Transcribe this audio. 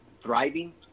thriving